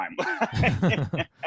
time